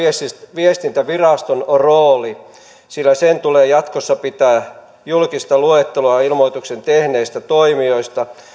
viestintäviraston rooli sillä sen tulee jatkossa pitää julkista luetteloa ilmoituksen tehneistä toimijoista